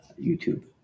YouTube